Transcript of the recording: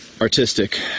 artistic